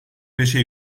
beşe